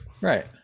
right